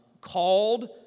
Called